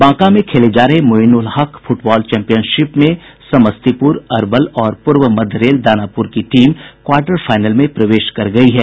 बांका में खेले जा रहे मोईनुलहक फूटबॉल चैंपियनशिप में समस्तीपुर अरवल और पूर्व मध्य रेल दानापुर की टीम क्वार्टर फाइनल में प्रवेश कर गयी है